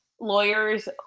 lawyers